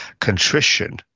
contrition